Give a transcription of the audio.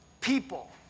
people